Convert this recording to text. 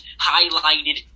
highlighted